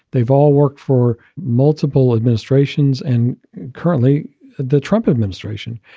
they've all worked for multiple administrations and currently the trump administration.